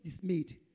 dismayed